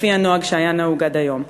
לפי הנוהג שהיה עד היום.